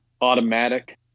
automatic